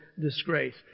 disgrace